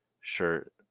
shirt